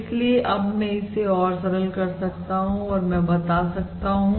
इसलिए अब मैं इसे और सरल कर सकता हूं और मैं बता सकता हूं